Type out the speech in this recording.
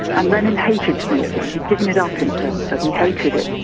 and lenin hated smoking, he had given it up himself, so he hated it,